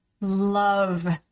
love